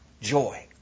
Joy